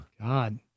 God